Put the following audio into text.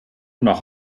noch